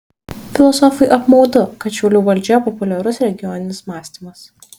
filosofui apmaudu kad šiaulių valdžioje populiarus regioninis mąstymas